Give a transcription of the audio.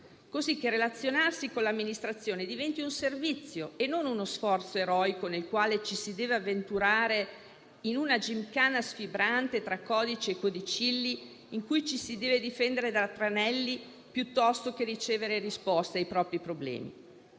cosicché relazionarsi con l'amministrazione diventi un servizio e non uno sforzo eroico per avventurarsi in una gimkana sfibrante tra codici e codicilli e difendersi da tranelli, piuttosto che ricevere risposta ai propri problemi.